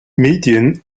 medien